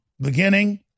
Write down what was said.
beginning